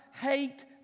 hate